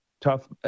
tough